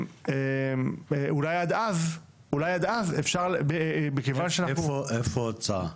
אולי עד אז --- איפה ההצעה?